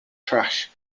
trash